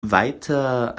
weiter